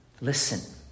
listen